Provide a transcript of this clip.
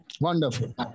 Wonderful